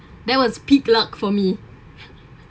that was peak luck for me